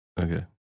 Okay